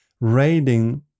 raiding